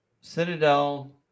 Citadel